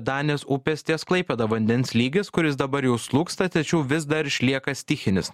danės upės ties klaipėda vandens lygis kuris dabar jau slūgsta tačiau vis dar išlieka stichinis